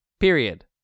Period